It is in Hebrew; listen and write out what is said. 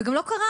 וגם לא קרה,